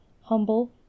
humble